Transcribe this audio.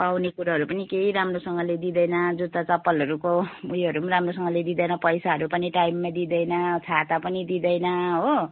पाउने कुराहरू पनि केही राम्रोसँगले दिँदैन जुत्ता चप्पलहरूको उयोहरू पनि राम्रोसँगले दिँदैन पैसाहरू पनि टाइममा दिँदैन छाता पनि दिँदैन हो